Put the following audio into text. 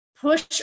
push